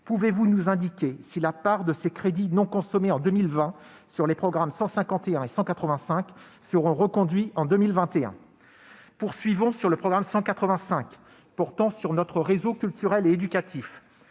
pourriez-vous nous indiquer si la part de ces crédits non consommés en 2020 sur les programmes 151 et 185 sera reconduite en 2021 ? Eu égard au programme 185 portant sur notre réseau culturel et éducatif,